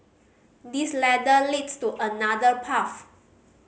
this ladder leads to another path